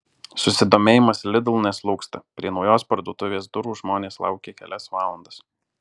susidomėjimas lidl neslūgsta prie naujos parduotuvės durų žmonės laukė kelias valandas